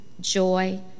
joy